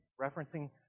Referencing